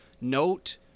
note